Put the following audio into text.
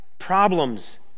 problems